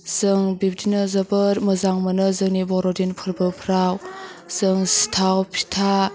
जों बिब्दिनो जोबोर मोजां मोनो जोंनि बर'दिन फोरबोफ्राव जों सिथाव फिथा